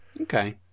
Okay